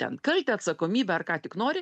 ten kaltę atsakomybę ar ką tik nori